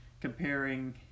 comparing